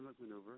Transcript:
maneuver